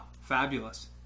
fabulous